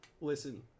Listen